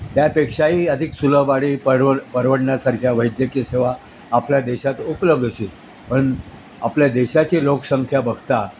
त्यापेक्षाही अधिक सुलभ आणि परवड परवडण्यासारख्या वैद्यकीय सेवा आपल्या देशात उपलब्ध असेल पण आपल्या देशाची लोकसंख्या बघता